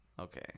okay